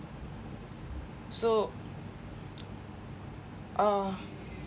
so uh